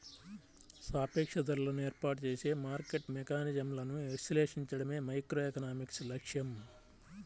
సాపేక్ష ధరలను ఏర్పాటు చేసే మార్కెట్ మెకానిజమ్లను విశ్లేషించడమే మైక్రోఎకనామిక్స్ లక్ష్యం